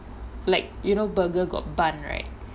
like you know burger got bun right